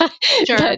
Sure